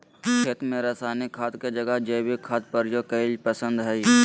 खेत में रासायनिक खाद के जगह जैविक खाद प्रयोग कईल पसंद हई